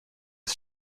his